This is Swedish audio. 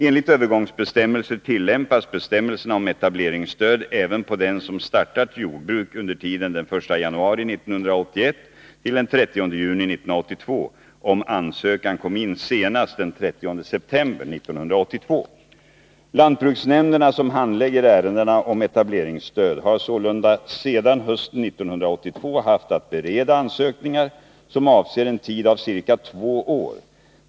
Enligt övergångsbestämmelser tillämpas bestämmelserna om etableringsstöd även på den som startat jordbruk under tiden den 1 januari 1981-den 30 juni 1982, om ansökan kom in senast den 30 september 1982. Lantbruksnämnderna, som handlägger ärendena om etableringsstöd, har således sedan hösten 1982 haft att bereda ansökningar som avser en tid av ca två år.